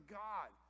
god